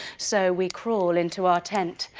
so we crawl in to our tent,